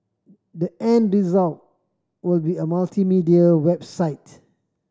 the end result will be a multimedia website